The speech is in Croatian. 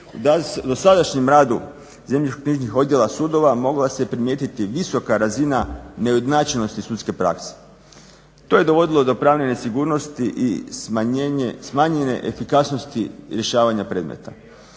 U dosadašnjem radu zemljišnoknjižnih odjela sudova mogla se primijetiti visoka razina neujednačenosti sudske prakse. To je dovodilo do pravne nesigurnosti i smanjene efikasnosti rješavanja predmeta.